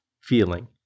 feeling